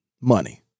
money